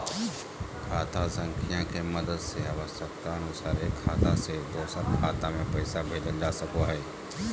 खाता संख्या के मदद से आवश्यकता अनुसार एक खाता से दोसर खाता मे पैसा भेजल जा सको हय